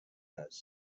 است